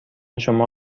شما